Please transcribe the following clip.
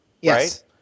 Yes